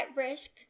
at-risk